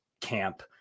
camp